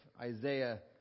Isaiah